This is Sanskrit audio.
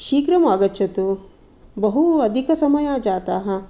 शीघ्रम् आगच्छतु बहु अधिकसमयो जातः